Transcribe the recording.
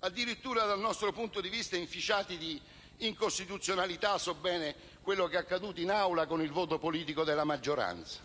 addirittura dal nostro punto di vista inficiati di incostituzionalità. So bene quello che è accaduto in Aula con il voto politico della maggioranza,